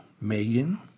Megan